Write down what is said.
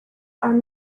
are